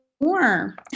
more